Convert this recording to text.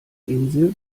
insel